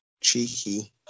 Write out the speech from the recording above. Cheeky